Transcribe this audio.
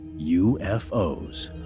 ufos